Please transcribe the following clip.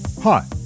Hi